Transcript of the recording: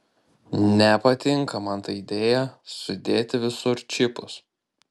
nepatinka man ta idėja sudėti visur čipus